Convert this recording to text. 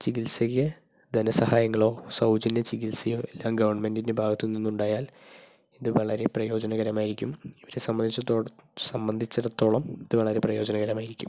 ചികിത്സയ്ക്ക് ധന സഹായങ്ങളോ സൗജന്യ ചികിത്സയോ എല്ലാം ഗവൺമെന്റിൻ്റെ ഭാഗത്തു നിന്ന് ഉണ്ടായാൽ ഇത് വളരെ പ്രയോജനകരമായിരിക്കും ഇവരെ സംബന്ധിച്ച സംബന്ധിച്ചിടത്തോളം ഇത് വളരെ പ്രയോജനകരമായിരിക്കും